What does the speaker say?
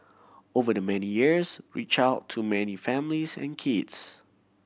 over the many years reached out to many families and kids